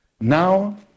now